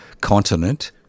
continent